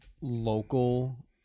local